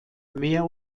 mehr